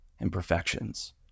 imperfections